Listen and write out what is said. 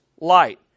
Light